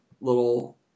little